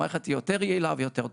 המערכת תהיה יותר יעילה ויותר טובה.